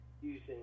using